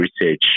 research